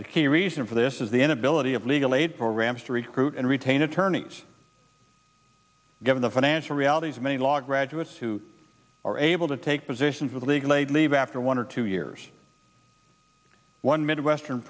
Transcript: the key reason for this is the inability of legal aid programs to recruit and retain attorneys given the financial realities of many law graduates who are able to take positions with legal aid leave after one or two years one midwestern